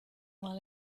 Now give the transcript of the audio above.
mal